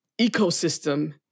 ecosystem